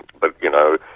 but you know,